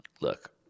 look